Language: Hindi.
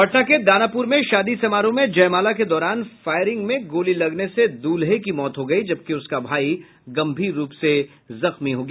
पटना के दानापुर में शादी समारोह में जयमाला के दौरान फायरिंग में गोली लगने से दूल्हे की मौत हो गयी जबकि उसका भाई गंभीर रूप से जख्मी हो गया